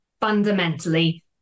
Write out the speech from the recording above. fundamentally